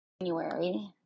January